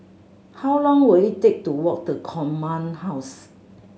how long will it take to walk to Command House